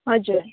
हजुर